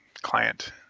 client